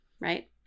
right